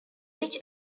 rich